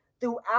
throughout